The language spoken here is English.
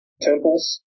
temples